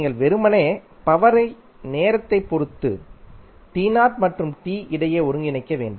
நீங்கள் வெறுமனே பவர் யை நேரத்தைப் பொருத்து மற்றும் இடையே ஒருங்கிணைக்க வேண்டும்